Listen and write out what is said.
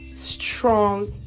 Strong